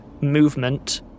Movement